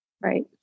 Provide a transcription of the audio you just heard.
right